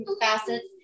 facets